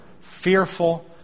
fearful